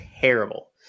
terrible